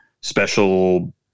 special